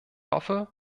hoffe